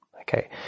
Okay